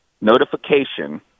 notification